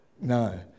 no